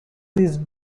these